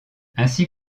ainsi